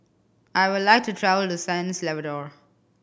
I would like to travel to San Salvador